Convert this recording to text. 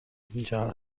اینجا